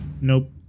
Nope